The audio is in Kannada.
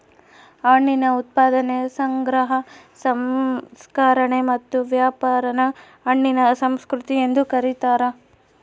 ಹಣ್ಣಿನ ಉತ್ಪಾದನೆ ಸಂಗ್ರಹ ಸಂಸ್ಕರಣೆ ಮತ್ತು ವ್ಯಾಪಾರಾನ ಹಣ್ಣಿನ ಸಂಸ್ಕೃತಿ ಎಂದು ಕರೀತಾರ